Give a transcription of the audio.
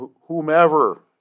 whomever